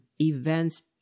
events